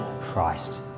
Christ